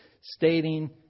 stating